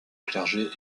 clergé